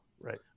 Right